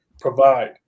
provide